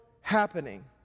happening